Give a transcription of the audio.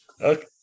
Okay